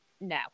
no